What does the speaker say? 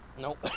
nope